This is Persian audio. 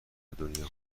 دنیا